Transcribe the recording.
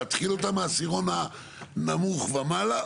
להתחיל אותה מהעשירון הנמוך ומעלה,